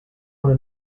una